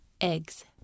eggs